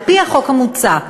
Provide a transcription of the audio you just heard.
על-פי החוק המוצע,